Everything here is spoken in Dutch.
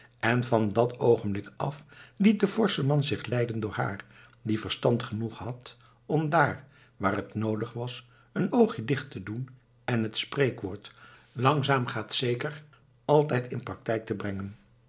en van dat oogenblik af liet de forsche man zich leiden door haar die verstand genoeg had om daar waar het noodig was een oogje dicht te doen en het spreekwoord langzaam gaat zeker altijd in praktijk te brengen